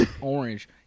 Orange